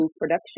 production